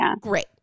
great